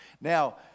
Now